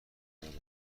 دریافت